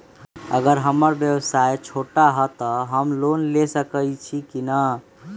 अगर हमर व्यवसाय छोटा है त हम लोन ले सकईछी की न?